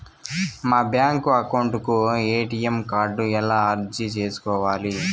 మా bank account కు ATM card ఎలా అర్జీ సేసుకోవాలి?